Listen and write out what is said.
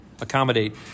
accommodate